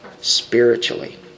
spiritually